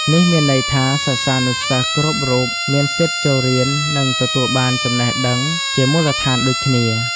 នេះមានន័យថា សិស្សានុសិស្សគ្រប់រូបមានសិទ្ធិចូលរៀន និងទទួលបានចំណេះដឹងជាមូលដ្ឋានដូចគ្នា។